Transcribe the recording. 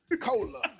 cola